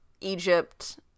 Egypt